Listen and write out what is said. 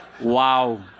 Wow